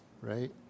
right